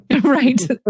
right